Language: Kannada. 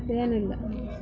ಮತ್ತು ಏನೂ ಇಲ್ಲ